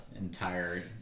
entire